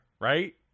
right